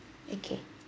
okay